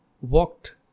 walked